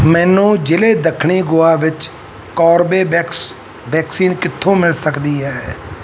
ਮੈਨੂੰ ਜ਼ਿਲ੍ਹੇ ਦੱਖਣੀ ਗੋਆ ਵਿੱਚ ਕੋਰਬੇਵੈਕਸ ਵੈਕਸੀਨ ਕਿੱਥੋਂ ਮਿਲ ਸਕਦੀ ਹੈ